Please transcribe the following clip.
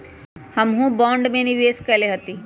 हमहुँ बॉन्ड में निवेश कयले हती